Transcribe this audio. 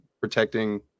protecting